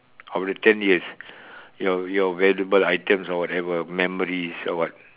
of the ten years your valuable items or whatever memories or what